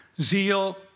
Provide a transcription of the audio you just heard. Zeal